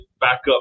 backup